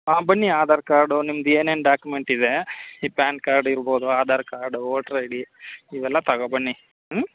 ಹಾಂ ಬನ್ನಿ ಆಧಾರ್ ಕಾರ್ಡು ನಿಮ್ದು ಏನೇನು ಡಾಕ್ಯುಮೆಂಟ್ ಇದೆ ಈ ಪ್ಯಾನ್ ಕಾರ್ಡ್ ಇರ್ಬೋದು Aadhaar card voter I D ಇವೆಲ್ಲ ತಗೊಬನ್ನಿ ಹ್ಞೂ